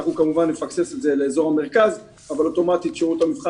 אנחנו כמובן נפקסס את זה לאזור המרכז אבל אוטומטית שירות המבחן